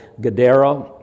Gadara